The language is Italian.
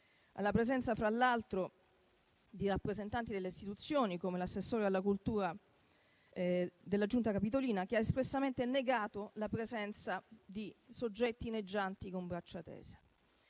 alla presenza, fra l'altro, di rappresentanti delle istituzioni, come l'assessore alla cultura della Giunta capitolina, che ha espressamente negato la presenza di soggetti inneggianti con braccia tese.